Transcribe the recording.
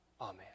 Amen